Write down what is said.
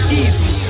easy